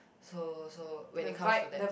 so so when it comes to that